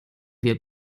wir